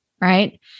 right